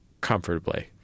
comfortably